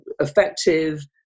effective